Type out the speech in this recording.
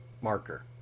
marker